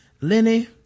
Lenny